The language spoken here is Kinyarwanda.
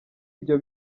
ibyo